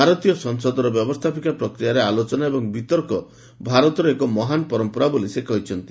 ଭାରତୀୟ ସଂସଦର ବ୍ୟବସ୍ଥାପିକା ପ୍ରକ୍ରିୟାରେ ଆଲୋଚନା ଏବଂ ବିତର୍କ ଭାରତର ଏକ ମହାନ୍ ପରମ୍ପରା ବୋଲି ସେ କହିଛନ୍ତି